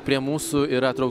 prie mūsų yra trau